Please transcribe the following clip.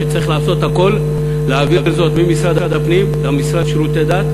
שצריך לעשות הכול להעביר זאת ממשרד הפנים למשרד לשירותי הדת,